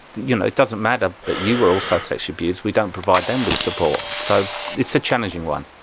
you know it doesn't matter that you were also sexually abused, we don't provide them with support. so it's a challenging one.